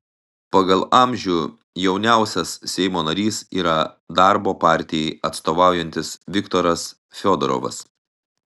pagal amžių jauniausias seimo narys yra darbo partijai atstovaujantis viktoras fiodorovas